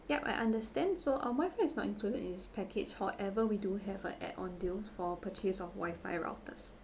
yup I understand so um wifi is not included in this package however we do have a add on deal for purchase of wifi routers